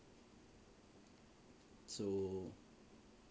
so